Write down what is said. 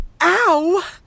Ow